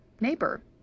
neighbor